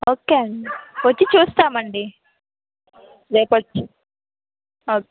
okay అండి వచ్చి చూస్తామండి రేపొచ్చి ఓకే